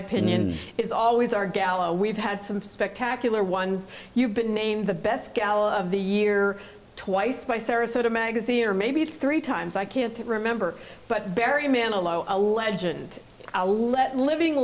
opinion is always our gala we've had some spectacular ones you've been named the best gal of the year twice by sarasota magazine or maybe it's three times i can't remember but barry manilow a legend let living